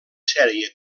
sèrie